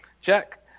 Jack